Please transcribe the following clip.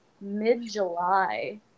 mid-July